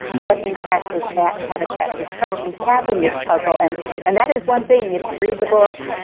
what impact does bat habitat destruction have in this puzzle? and and that is one thing if you read the book,